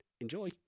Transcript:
Enjoy